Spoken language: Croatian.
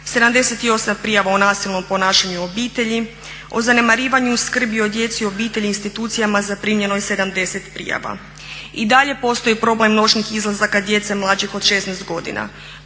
78 prijava o nasilnom ponašanju u obitelji, o zanemarivanju skrbi o djeci u obitelji i institucijama zaprimljeno je 70 prijava. I dalje postoji problem noćnih izlazaka djece mlađih od 16 godina.